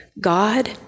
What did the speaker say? God